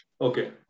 Okay